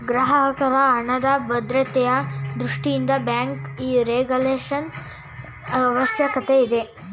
ಗ್ರಾಹಕರ ಹಣದ ಭದ್ರತೆಯ ದೃಷ್ಟಿಯಿಂದ ಬ್ಯಾಂಕ್ ರೆಗುಲೇಶನ್ ಅವಶ್ಯಕತೆ ಇದೆ